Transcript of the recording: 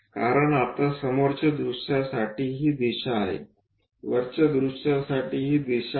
कारण आता समोरच्या दृश्यसाठी ही दिशा आहे वरची दृश्यसाठी ही दिशा आहे